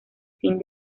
fin